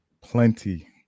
Plenty